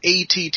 ATT